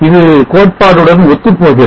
இது கோட்பாட்டுடன் ஒத்துப்போகிறது